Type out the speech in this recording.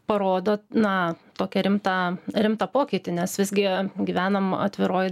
parodo na tokią rimtą rimtą pokytį nes visgi gyvenam atviroj